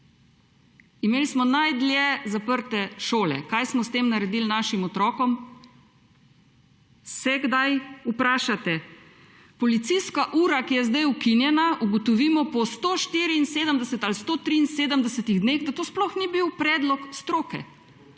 Imeli smo najdlje zaprte šole. Kaj smo s tem naredili našim otrokom? Se kdaj vprašate? O policijski uri, ki je zdaj ukinjena, ugotovimo po 174 ali 173 dneh, da to sploh ni bil predlog stroke,